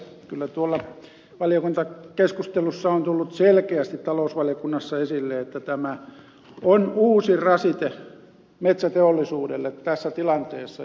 kyllä tuolla valiokuntakeskustelussa on tullut selkeästi talousvaliokunnassa esille että tämä on uusi rasite metsäteollisuudelle tässä tilanteessa